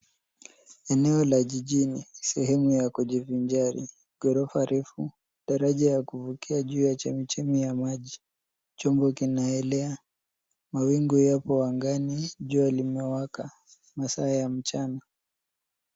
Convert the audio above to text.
Eneo la jijini. Sehemu ya kujivinjari. Ghorofa refu, daraja ya kuvukia juu ya chemichemi ya maji. Chombo kinaelea, mawingu yapo angani. Jua limewaka. Masaa ya mchana.